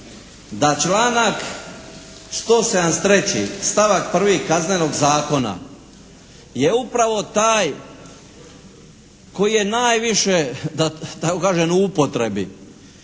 da članak 173. stavak 1. Kaznenog zakona je upravo taj koji je najviše da tako kažem u upotrebi,